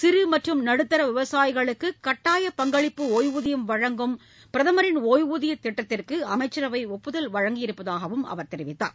சிறு மற்றும் நடுத்தர விவசாயிகளுக்கு கட்டாய பங்களிப்பு ஓய்வூதியம் வழங்கும் பிரதமரின் ஒய்வூதியத் திட்டத்திற்கு அமைச்சரவை ஒப்புதல் வழங்கியிருப்பதாக அவர் தெரிவித்தார்